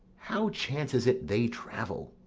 how chances it they travel?